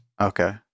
Okay